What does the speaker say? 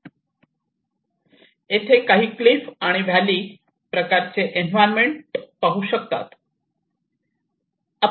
आपण येथे काही क्लीफ आणि व्हॅली प्रकाराचे एन्व्हायरमेंट पाहू शकता